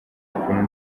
ukuntu